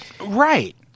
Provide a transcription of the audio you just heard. Right